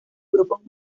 grupos